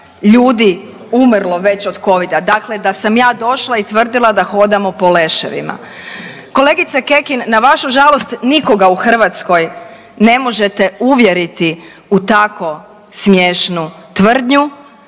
ljudi umrlo već od Covida, dakle da sam ja došla i tvrdimo da hodamo po leševima. Kolegice Kekin na vaš žalost nikoga u Hrvatskoj ne možete uvjeriti u tako smiješnu tvrdnju